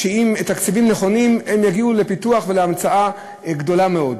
שעם תקציבים נכונים הם יגיעו לפיתוח ולהמצאה גדולה מאוד.